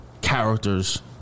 Characters